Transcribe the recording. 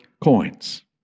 coins